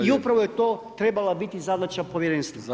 I upravo je to trebala biti zadaća povjerenstva.